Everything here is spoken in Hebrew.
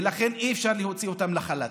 ולכן אי-אפשר להוציא אותם לחל"ת.